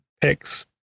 picks